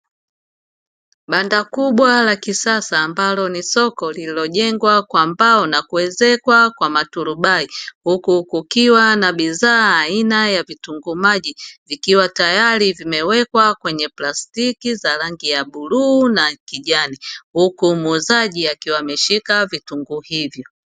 Banda kubwa la kisasa ambalo ni soko lililojengwa kwa mbao na kuezekwa kwa maturubai, huku kukiwa na bidhaa aina ya vitunguu maji vikiwa tayari vimewekwa kwenye plastiki za rangi ya bluu na kijani, huku muuzaji akiwa ameshika vitunguu hivyo.